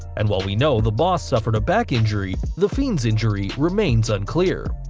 and while we know the boss' suffered a back injury the fiend's injury remains unclear.